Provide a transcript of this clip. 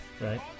right